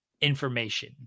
information